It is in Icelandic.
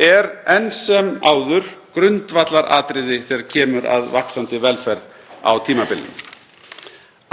er enn sem áður grundvallaratriði þegar kemur að vaxandi velferð á tímabilinu.